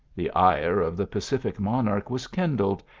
the ire of the pacific monarch was kindled,